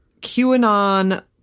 QAnon